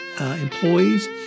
employees